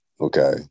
Okay